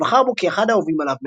ובחר בו כאחד האהובים עליו מהאלבום.